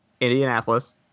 Indianapolis